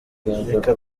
reka